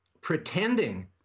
pretending